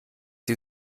sie